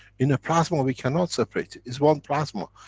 in a plasma, we cannot separate it. it's one plasma.